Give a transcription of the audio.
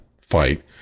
fight